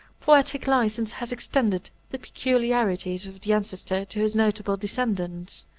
poetic license has extended the peculiarities of the ancestor to his notable descendants.